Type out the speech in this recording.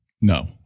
No